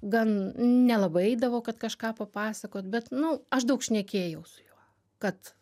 gan nelabai eidavo kad kažką papasakot bet nu aš daug šnekėjau su juo kad